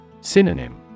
Synonym